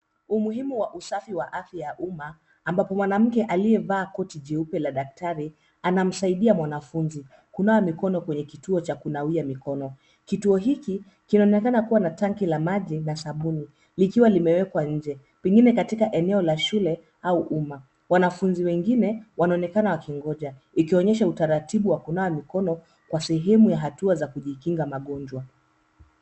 Umuhimu wa usafi wa afya ya umma ambaye mwanamke aliyevaa koti jeupe la daktari anamsaidia mwanafunzi kunawa mikono kwenye kituo cha kunawia mikono. Kituo hiki kinaonekana kuwa na tanki la maji na sabuni likiwa limewekwa nje pengine katika eneo la shule au umma. Wanafunzi wengine wanaonekana wakingoja ikionyesha utaratibu wa kunawa mikono kwa sehemu ya hatua ya kujikinga magonjwa.